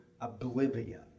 oblivion